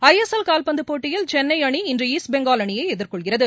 ஐ S L கால்பந்து போட்டியில் சென்னை அணி இன்று ஈஸ்ட் பெங்கால் அணியை எதிர்கொள்கிறது